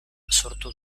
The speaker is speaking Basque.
sortu